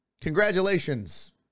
Congratulations